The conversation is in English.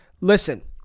listen